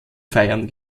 feiern